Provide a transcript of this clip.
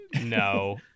no